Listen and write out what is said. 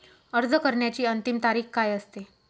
अर्ज करण्याची अंतिम तारीख काय असते?